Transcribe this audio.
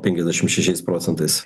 penkiasdešimt šešiais procentais